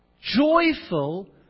joyful